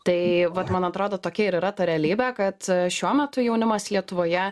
tai vat man atrodo tokia ir yra ta realybė kad šiuo metu jaunimas lietuvoje